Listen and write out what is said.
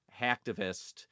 hacktivist